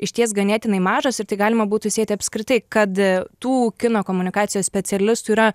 išties ganėtinai mažos ir tai galima būtų sieti apskritai kad tų kino komunikacijos specialistų yra